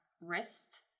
wrist